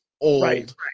old